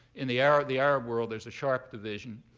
in the arab the arab world, there's a sharp division.